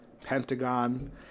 Pentagon